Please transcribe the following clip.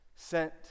Sent